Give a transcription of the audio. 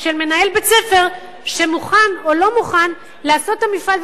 של מנהל בית-ספר שמוכן או לא מוכן לעשות את המפעל.